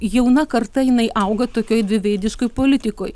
jauna karta jinai auga tokioj dviveidiškoj politikoj